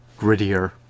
...grittier